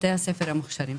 בתי הספר המוכשרים.